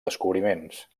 descobriments